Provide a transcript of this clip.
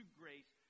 grace